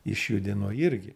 išjudino irgi